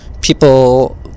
people